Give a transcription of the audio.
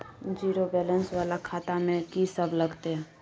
Zero balance वाला खाता में की सब लगतै?